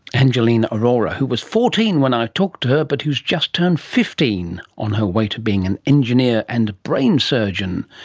angelina arora, who was fourteen when i talked to her but who has just turned fifteen, on her way to being an engineer and a brain surgeon.